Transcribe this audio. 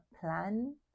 plan